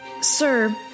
Sir